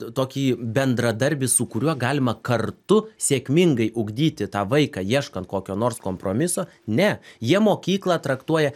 tokį bendradarbį su kuriuo galima kartu sėkmingai ugdyti tą vaiką ieškant kokio nors kompromiso ne jie mokyklą traktuoja